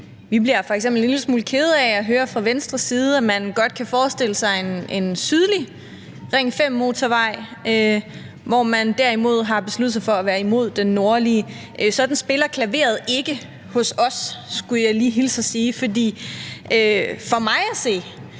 Vi bliver f.eks. en lille smule kede af at høre, fra Venstres side, at man godt kan forestille sig en sydlig Ring 5-motorvej, hvorimod man har besluttet sig for at være imod den nordlige. Sådan spiller klaveret ikke hos os, skulle jeg lige hilse og sige. For for mig at se